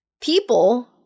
people